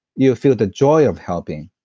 you feel the joy of helping.